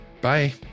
Bye